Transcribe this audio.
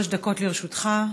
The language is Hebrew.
שלוש דקות לרשותך.